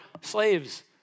slaves